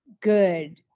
good